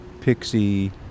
Pixie